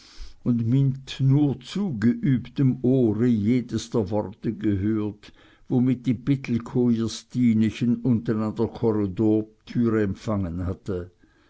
und mit nur zu geübtem ohre jedes der worte gehört womit die pittelkow ihr stinechen unten an der korridortür empfangen hatte